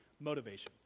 motivation